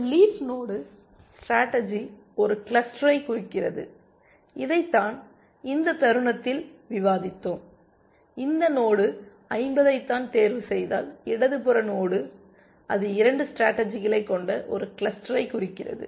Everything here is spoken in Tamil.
ஒரு லீஃப் நோடு ஸ்டேடர்ஜி ஒரு கிளஸ்டரை குறிக்கிறது இதை தான் இந்த தருணத்தில் விவாதித்தோம் இந்த நோடு 50 ஐ நான் தேர்வுசெய்தால் இடதுபுற நோடு அது 2 ஸ்டேடர்ஜிகளைக் கொண்ட ஒரு கிளஸ்டரைக் குறிக்கிறது